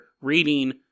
reading